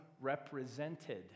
represented